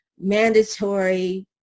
mandatory